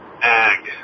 ag